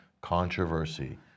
controversy